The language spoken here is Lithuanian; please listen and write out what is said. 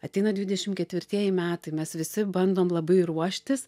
ateina dvidešim ketvirtieji metai mes visi bandom labai ruoštis